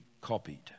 copied